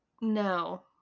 No